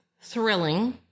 thrilling